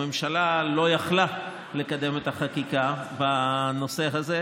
הממשלה לא יכלה לקדם את החקיקה בנושא הזה,